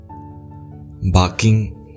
Barking